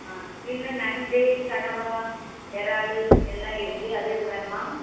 ஆ இன்னும் நண்டு கனவா இறாலு எல்லாம் இருக்குது அது எதுவும் வேணுமா